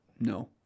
no